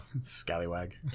scallywag